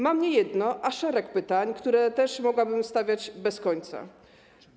Mam nie jedno, a szereg pytań, które też mogłabym stawiać bez końca.